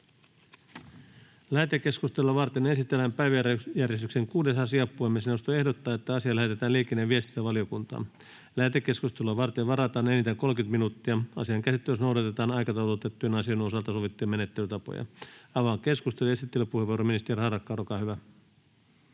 Lähetekeskustelua varten esitellään päiväjärjestyksen 4. asia. Puhemiesneuvosto ehdottaa, että asia lähetetään ulkoasiainvaliokuntaan. Lähetekeskusteluun varataan enintään 30 minuuttia. Asian käsittelyssä noudatetaan aikataulutettujen asioiden osalta sovittuja menettelytapoja. — Avaan keskustelun. Esittelypuheenvuoro, ministeri Skinnari, olkaa hyvä.